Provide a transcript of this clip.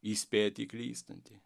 įspėti klystantį